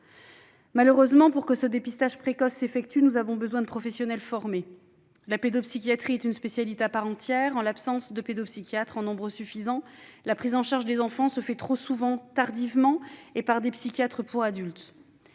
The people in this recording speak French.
Malheureusement, pour que ce dépistage précoce s'effectue, nous avons besoin de professionnels formés. La pédopsychiatrie est une spécialité à part entière. En l'absence de pédopsychiatres en nombre suffisant, la prise en charge des enfants se fait trop souvent tardivement et par des psychiatres pour adultes.